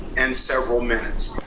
and several minutes